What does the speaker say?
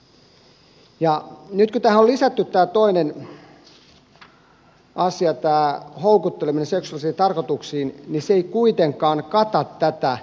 nyt kun tähän on lisätty tämä toinen asia tämä houkutteleminen seksuaalisiin tarkoituksiin niin se ei kuitenkaan kata tätä ostamista